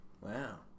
Wow